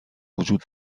وجود